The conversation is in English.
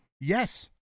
Yes